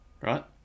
Right